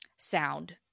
Sound